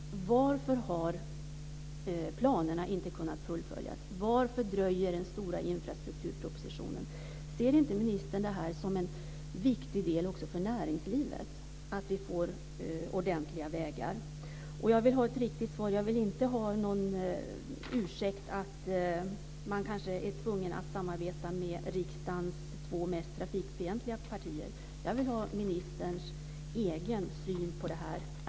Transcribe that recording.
Varför har planerna inte kunnat fullföljas? Varför dröjer den stora infrastrukturpropositionen? Ser inte ministern det som en viktig del också för näringslivet att det finns ordentliga vägar? Jag vill ha ett riktigt svar. Jag vill inte höra någon ursäkt om man är tvungen att samarbeta med riksdagens två mest trafikfientliga partier. Jag vill höra vad ministern har för egen syn på det här.